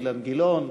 אילן גילאון,